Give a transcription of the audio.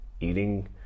eating